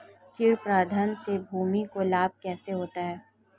कीट प्रबंधन से भूमि को लाभ कैसे होता है?